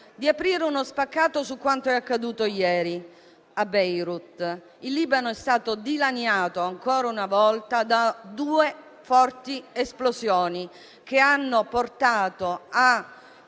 di fare attenzione - su quanto è accaduto ieri a Beirut. Il Libano è stato dilaniato ancora una volta da due forti esplosioni che hanno portato a